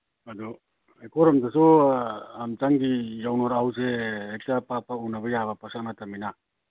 ꯑꯗꯨ ꯑꯩꯈꯣꯏꯔꯣꯝꯗꯁꯨ ꯑꯝꯇꯪꯗꯤ ꯌꯥꯎꯉꯨꯔꯥꯎꯁꯦ ꯍꯦꯛꯇ ꯄꯥꯛ ꯄꯥꯛ ꯎꯅꯕ ꯌꯥꯕ ꯄꯣꯠꯁꯛ ꯅꯠꯇꯕꯅꯤꯅ